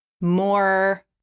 more